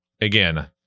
again